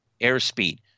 Airspeed